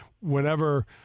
whenever